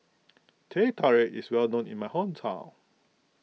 Teh Tarik is well known in my hometown